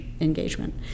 engagement